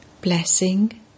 Blessing